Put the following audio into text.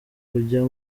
kujya